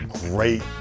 Great